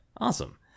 Awesome